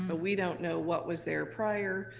but we don't know what was there prior.